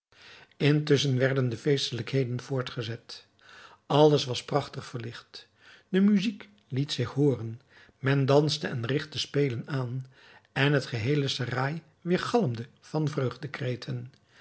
intusschen werden de feestelijkheden voortgezet alles was prachtig verlicht de muzijk liet zich hooren men danste en rigtte spelen aan en het geheele serail weêrgalmde van